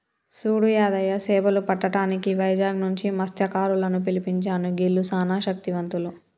సూడు యాదయ్య సేపలు పట్టటానికి వైజాగ్ నుంచి మస్త్యకారులను పిలిపించాను గీల్లు సానా శక్తివంతులు